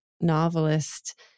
novelist